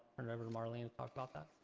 and over to marlene to talk about that.